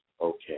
okay